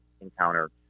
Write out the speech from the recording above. encounter